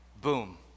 Boom